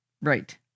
Right